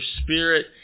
spirit